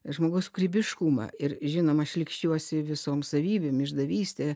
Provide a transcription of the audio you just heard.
žmogaus kūrybiškumą ir žinoma šlykščiuosi visom savybėm išdavyste